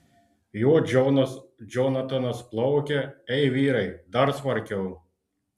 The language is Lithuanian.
juo džonas džonatanas plaukia ei vyrai dar smarkiau